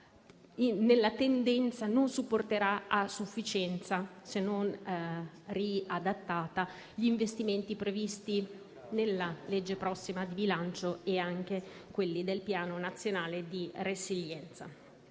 la tendenza, non supporterà a sufficienza, se non riadattata, gli investimenti previsti nella prossima legge di bilancio e anche quelli del Piano nazionale di ripresa